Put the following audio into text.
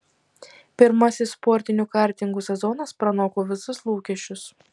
pirmasis sportinių kartingų sezonas pranoko visus lūkesčius